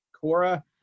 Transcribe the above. Cora –